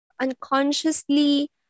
unconsciously